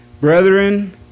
Brethren